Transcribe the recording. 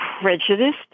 prejudiced